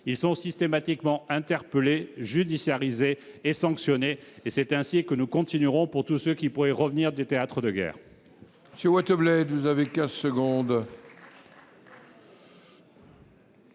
Ils sont systématiquement interpellés, judiciarisés et sanctionnés. C'est ainsi que nous continuerons de procéder pour tous ceux qui pourraient revenir du théâtre de guerre.